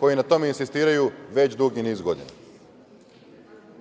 koji na tome insistiraju već dugi niz godina? Dakle,